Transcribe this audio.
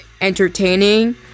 entertaining